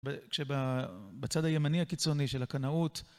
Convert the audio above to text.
כשבצד הימני הקיצוני של הקנאות